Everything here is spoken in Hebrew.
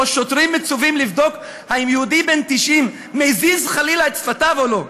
שבו שוטרים מצווים לבדוק האם יהודי בן 90 מזיז חלילה את שפתיו או לא.